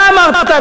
אתה אמרת,